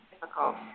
difficult